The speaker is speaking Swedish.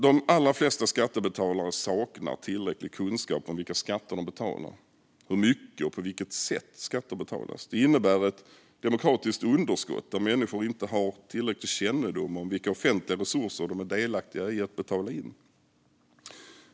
De allra flesta skattebetalare saknar tillräcklig kunskap om vilka skatter de betalar och om hur mycket och på vilket sätt skatter betalas. Det innebär ett demokratiskt underskott där människor inte har tillräcklig kännedom om vilka offentliga resurser de är delaktiga i att betala in.